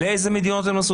לאיזה מדינות הם נסעו,